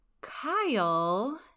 Kyle